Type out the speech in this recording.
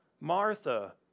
Martha